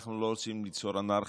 אנחנו לא רוצים ליצור אנרכיה.